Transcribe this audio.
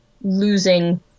losing